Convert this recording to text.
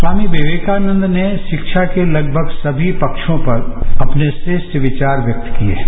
स्वामी विवेकानंद ने शिक्षा के लगभग सभी पक्षों पर अपने श्रेष्ठ विचार व्यक्त किए हैं